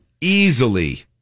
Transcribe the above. easily